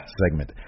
segment